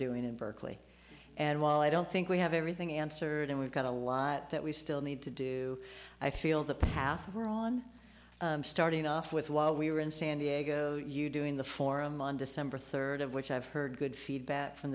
doing in berkeley and while i don't think we have everything answered and we've got a lot that we still need to do i feel the path her on starting off with while we were in san diego you doing the forum on december third of which i've heard good feedback from